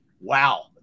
wow